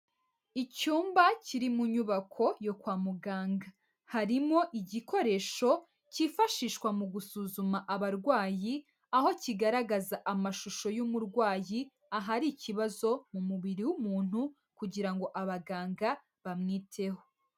Icyumba kiri mu nyubako yo kwa muganga, harimo igikoresho cyifashishwa mu gusuzuma abarwayi aho kigaragaza amashusho y'umurwayi ahari ikibazo mu mubiri w'umuntu kugira ngo abaganga bamwiteho.